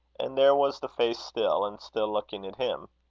and there was the face still, and still looking at him.